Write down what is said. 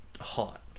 hot